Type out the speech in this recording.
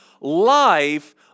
life